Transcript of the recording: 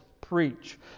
preach